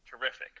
terrific